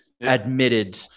admitted